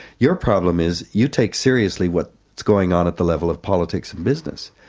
your problem is you take seriously what's going on at the level of politics and business.